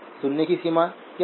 सुनने की सीमा क्या है